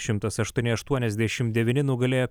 šimtas aštuoni aštuoniasdešim devyni nugalėjo